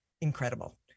incredible